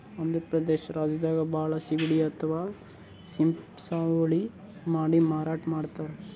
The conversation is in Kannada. ಆಂಧ್ರ ಪ್ರದೇಶ್ ರಾಜ್ಯದಾಗ್ ಭಾಳ್ ಸಿಗಡಿ ಅಥವಾ ಶ್ರೀಮ್ಪ್ ಸಾಗುವಳಿ ಮಾಡಿ ಮಾರಾಟ್ ಮಾಡ್ತರ್